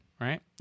right